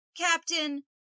Captain